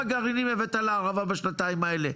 גרעינים הבאת לערבה בשנתיים האחרונות?